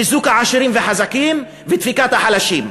חיזוק העשירים והחזקים ודפיקת החלשים.